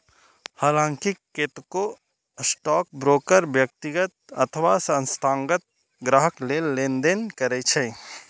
हलांकि कतेको स्टॉकब्रोकर व्यक्तिगत अथवा संस्थागत ग्राहक लेल लेनदेन करै छै